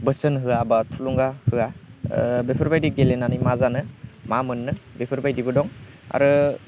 बोसोन होआ बा थुलुंगा होआ बेफोरबायदि गेलेनानै मा जानो मा मोननो बेफोरबायदिबो दं आरो